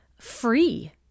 free